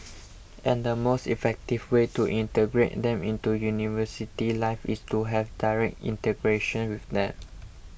and the most effective way to integrate them into university life is to have direct integration with them